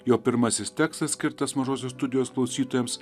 jo pirmasis tekstas skirtas mažosios studijos klausytojams